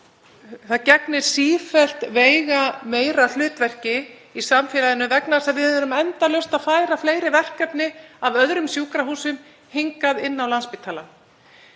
það gegnir sífellt veigameira hlutverki í samfélaginu vegna þess að við erum endalaust að færa fleiri verkefni af öðrum sjúkrahúsum hingað inn á Landspítalann.